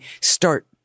start